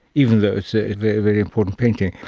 even though it's a and very, very important painting.